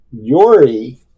Yori